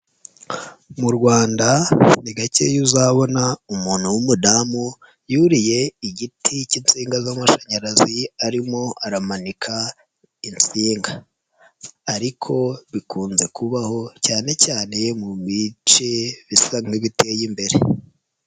Mu Rwanda ni gakeya uzabona umuntu w'umudamu yuriye igiti cy'insinga z'amashanyarazi arimo aramanika insinga, ariko bikunze kubaho cyane cyane mu bice bisa nk'ibiteye imbere.